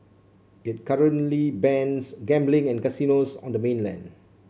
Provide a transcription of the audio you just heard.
it currently bans gambling and casinos on the mainland